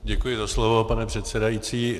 Děkuji za slovo, pane předsedající.